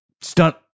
stunt